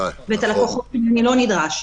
ואת הלקוחות אני לא נדרש,